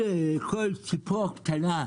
כל ילד, כל ציפור קטנה,